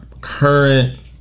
current